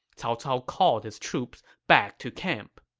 cao cao called his troops back to camp